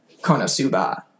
Konosuba